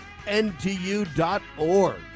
NTU.org